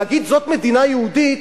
להגיד: זאת מדינה יהודית,